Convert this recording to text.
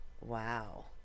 Wow